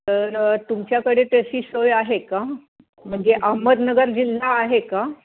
तर तुमच्याकडे तशी सोय आहे का म्हणजे अहमदनगर जिल्हा आहे का